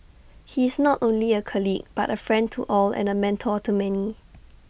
he is not only A colleague but A friend to all and A mentor to many